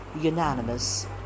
unanimous